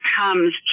comes